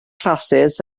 classes